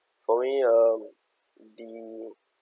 for me um the